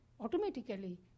automatically